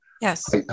Yes